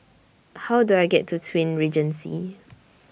How Do I get to Twin Regency